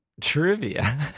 trivia